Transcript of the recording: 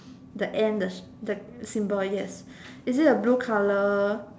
the and the the symbol yes is it a blue colour